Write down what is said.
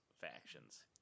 factions